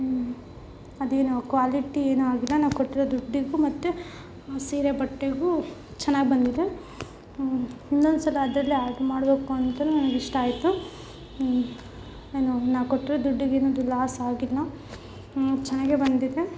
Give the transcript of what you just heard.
ಅದೇನು ಕ್ವಾಲಿಟ್ಟಿ ಏನು ಆಗಿಲ್ಲ ನಾವು ಕೊಟ್ಟಿರೋ ದುಡ್ಡಿಗೂ ಮತ್ತು ಸೀರೆ ಬಟ್ಟೆಗೂ ಚೆನ್ನಾಗಿ ಬಂದಿದೆ ಇನ್ನೊಂದು ಸಲ ಅದರಲ್ಲೇ ಆರ್ಡ್ರ ಮಾಡಬೇಕು ಅಂತನೂ ನನ್ಗೆ ಇಷ್ಟ ಆಯಿತು ಏನು ನಾ ಕೊಟ್ಟಿರೋ ದುಡ್ಡಿಗೇನಿದು ಲಾಸ್ ಆಗಿಲ್ಲ ಚೆನ್ನಾಗೇ ಬಂದಿದೆ